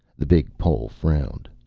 the big pole frowned.